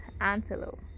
antelope